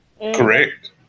Correct